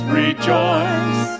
rejoice